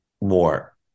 more